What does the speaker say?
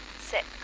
six